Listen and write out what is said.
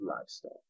lifestyle